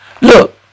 Look